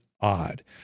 odd